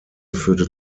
führte